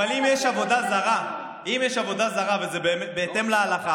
אבל אם יש עבודת זרים וזה בהתאם להלכה,